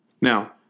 Now